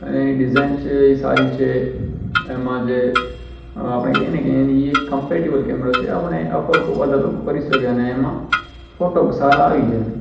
અને એની ડિઝાઇન છે એ સારી છે એમાં જે અ આપણે કહીએ ને એની એક કમ્પૅટિબલ કૅમેરો છે એને અફોર્ડ તો બધા લોકો કરી શકીએ અને એમાં ફોટો સારા આવી જાય